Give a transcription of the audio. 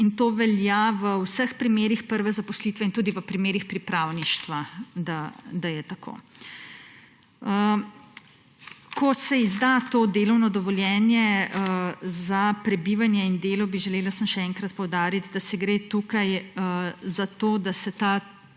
To velja v vseh primerih prve zaposlitve in tudi v primerih pripravništva je tako. Ko se izda to delovno dovoljenje za prebivanje in delo, bi želela samo še enkrat poudariti, gre tukaj za to, da se ta